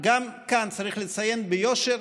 לגבי סוגי הבדיקות,